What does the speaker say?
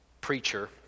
preacher